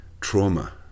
trauma